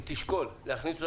היא תשקול להכניס אותם,